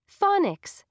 Phonics